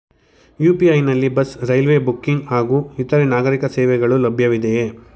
UPI ನಲ್ಲಿ bus, railway booking ಹಾಗೂ ಇತರೆ ನಾಗರೀಕ ಸೇವೆಗಳು ಲಭ್ಯವಿದೆಯೇ?